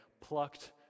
plucked